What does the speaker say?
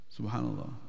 Subhanallah